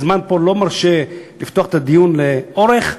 אבל הזמן לא מרשה לפתוח את הדיון לאורך.